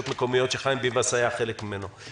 שחיים ביבס היה חלק ממנו.